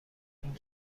این